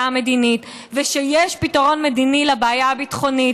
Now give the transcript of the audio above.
המדינית ויש פתרון מדיני לבעיה הביטחונית,